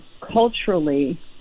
culturally